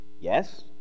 Yes